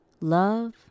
love